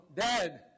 dead